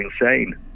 insane